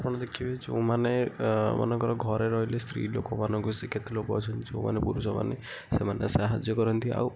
ଆପଣ ଦେଖିବେ ଯେଉଁମାନେ ମନେକର ଘରେ ରହିଲେ ସ୍ତ୍ରୀଲୋକମାନଙ୍କୁ ସେ କେତେଲୋକ ଅଛନ୍ତି ଯେଉଁମାନେ ପୁରୁଷମାନେ ସେମାନେ ସାହାଯ୍ୟ କରନ୍ତି ଆଉ